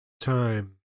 time